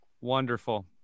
wonderful